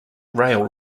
rail